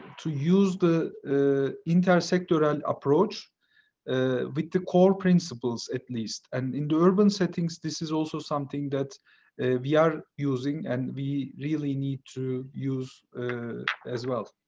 to use the ah entire sectoral approach with the core principles, at least, and in the urban settings. this is also something that we are using and we really need to use as well.